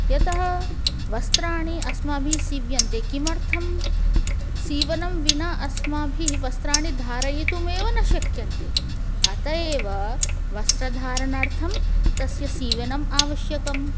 यतः वस्त्राणि अस्माभिः सीव्यन्ते किमर्थं सीवनं विना अस्माभिः वस्त्राणि धारयितुमेव न शक्यन्ते अतः एव वस्त्रधारणार्थं तस्य सीवनम् आवश्यकम्